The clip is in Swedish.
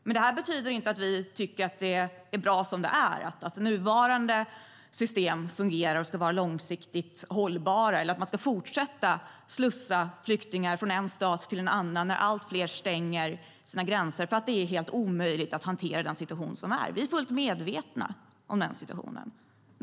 Men detta betyder inte att vi tycker att det är bra som det är, att nuvarande system fungerar och ska vara långsiktigt hållbara eller att man ska fortsätta slussa flyktingar från en stat till en annan när allt fler stänger sina gränser, för det är helt omöjligt att hantera den situation som är. Vi är fullt medvetna om det.